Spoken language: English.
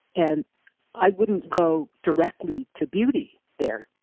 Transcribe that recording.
and i wouldn't go directly to beauty there.